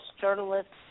journalists